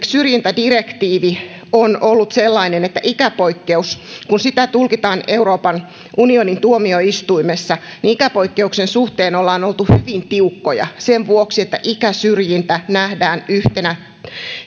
syrjintädirektiivi on ollut sellainen että kun ikäpoikkeusta tulkitaan euroopan unionin tuomioistuimessa niin ikäpoikkeuksen suhteen ollaan oltu hyvin tiukkoja sen vuoksi että ikäsyrjintä nähdään yhtenä